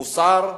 מוסר,